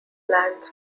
plans